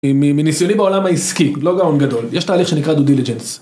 מניסיוני בעולם העסקי, לא גאון גדול, יש תהליך שנקרא דודיליג'נס.